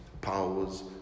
powers